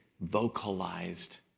vocalized